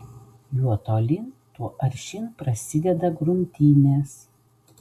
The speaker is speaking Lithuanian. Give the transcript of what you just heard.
juo tolyn tuo aršyn prasideda grumtynės